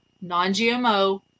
Non-GMO